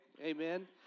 Amen